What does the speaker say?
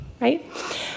Right